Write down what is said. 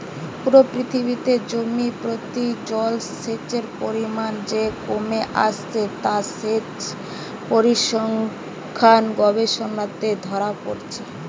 পুরো পৃথিবীতে জমি প্রতি জলসেচের পরিমাণ যে কমে আসছে তা সেচ পরিসংখ্যান গবেষণাতে ধোরা পড়ছে